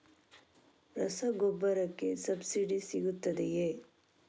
ರಸಗೊಬ್ಬರಕ್ಕೆ ಸಬ್ಸಿಡಿ ಸಿಗುತ್ತದೆಯೇ?